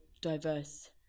diverse